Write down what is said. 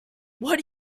what